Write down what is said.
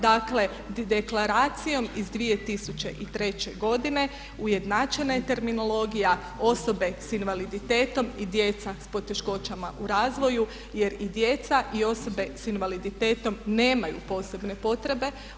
Dakle, Deklaracijom iz 2003. godine ujednačena je terminologija osobe sa invaliditetom i djeca s poteškoćama u razvoju jer i djeca i osobe sa invaliditetom nemaju posebne potrebe.